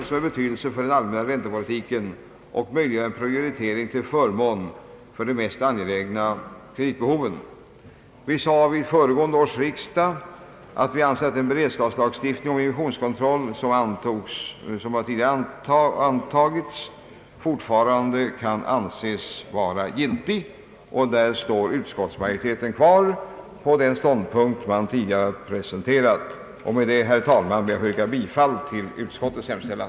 Den har betydelse för den allmänna räntepolitiken och möjliggör en prioritering av de mest angelägna kreditbehoven. Vi sade vid föregående års riksdag att vi anser att den beredskapslagstiftning om emissionskontroll som tidigare antogs fortfarande kan anses vara giltig. Utskottsmajoriteten står kvar på den ståndpunkten. Herr talman! Med det anförda ber jag att få yrka bifall till utskottets hemställan.